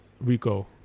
Rico